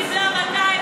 קיבלה 200,